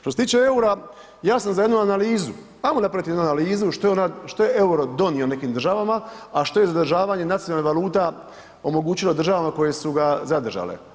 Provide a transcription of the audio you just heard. Što se tiče EUR-a ja sam za jednu analizu, ajmo napraviti jednu analizu što je EUR-o donio nekim državama, a što je zadržavanje nacionalnih valuta omogućilo državama koje su ga zadržale.